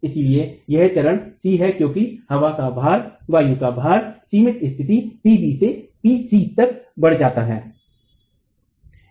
इसलिए यह चरण C है क्योंकि हवा का भार सीमित स्थिति Pb से PC तक बढ़ जाता है